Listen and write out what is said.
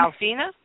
Alfina